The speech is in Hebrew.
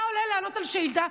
אתה עולה לענות על שאילתה,